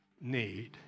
need